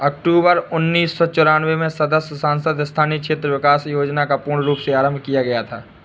अक्टूबर उन्नीस सौ चौरानवे में संसद सदस्य स्थानीय क्षेत्र विकास योजना को पूर्ण रूप से आरम्भ किया गया था